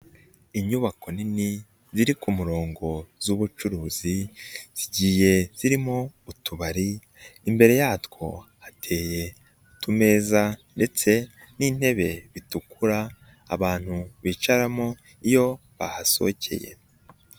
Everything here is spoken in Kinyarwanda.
Inyubako nini ziri ku murongo z'ubucuruzi zigiye zirimo utubari, imbere yatwo hateye utumeza ndetse n'intebe bitukura abantu bicaramo iyo bahasohokeye.